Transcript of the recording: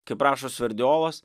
kaip rašo sverdiolas